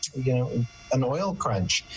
you know an oil courage.